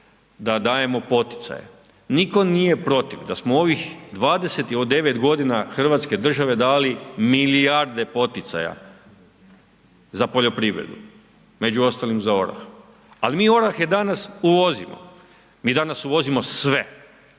da dajemo poticaje, nitko nije protiv da smo u ovih 29 godina Hrvatske države dali milijarde poticaja za poljoprivredu, među ostalim za orahe, ali mi orahe danas uvozimo, mi danas uvozimo sve.